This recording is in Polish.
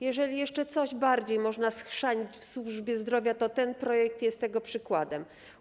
Jeżeli jeszcze coś bardziej można schrzanić w służbie zdrowia, to ten projekt jest tego przykładem.